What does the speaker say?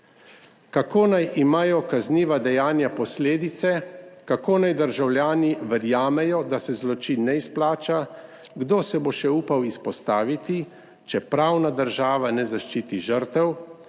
Kako naj imajo kazniva dejanja posledice, kako naj državljani verjamejo, da se zločin ne izplača, kdo se bo še upal izpostaviti, če pravna država ne zaščiti žrtev,